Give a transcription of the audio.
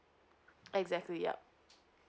exactly yup